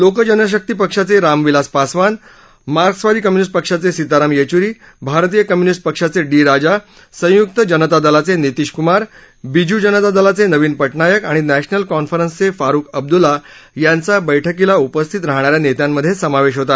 लोकजनशक्ती पक्षाचे रामविलास पासवान मार्क्सवादी कम्य्निस्ट पक्षाचे सीताराम येच्री भारतीय कम्य्निस्ट पक्षाचे डी राजा संय्क्त जनता दलाचे नीतीश क्मार बिजू जनता दलाचे नवीन पटनायक आणि नॅशनल कॉन्फरन्सचे फारुख अब्द्ल्ला यांचा बैठकीला उपस्थित राहणाऱ्या नेत्यांमध्ये समावेश होता